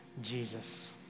Jesus